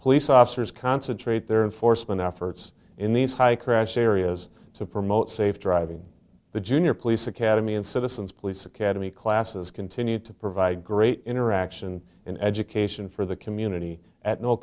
police officers concentrate there in force when efforts in these high crash areas to promote safe driving the junior police academy and citizens police academy classes continue to provide great interaction in education for the community at no